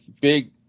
big